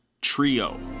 Trio